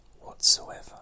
whatsoever